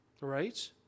right